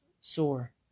sore